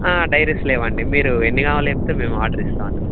diaries లేవండి మీరు ఎన్ని కావాలో చెప్తే మేము ఆర్డర్ ఇస్తాం అండి